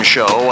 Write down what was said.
Show